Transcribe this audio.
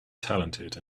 talented